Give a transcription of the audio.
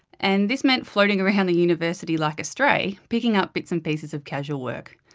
and this meant floating around the university like a stray, picking up bits and pieces of casual work.